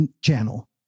channel